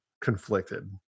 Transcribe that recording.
conflicted